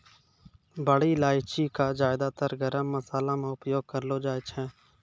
बड़ी इलायची कॅ ज्यादातर गरम मशाला मॅ उपयोग करलो जाय छै